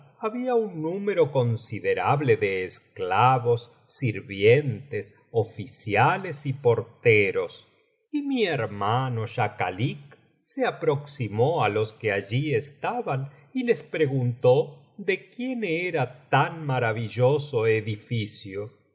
había un número considerable de esclavos sirvientes oficiales y porte biblioteca valenciana generalitat valenciana i las mil noches y una noche ros y mi hermano schakalik se aproximó á los que allí estaban y les preguntó de quién era tan maravilloso edificio